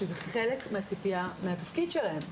שזה חלק מהציפייה מהתפקיד שלהם.